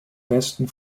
besten